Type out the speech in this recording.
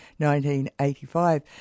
1985